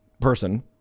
person